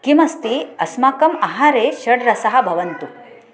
किमस्ति अस्माकम् आहारे षड् रसाः भवन्तु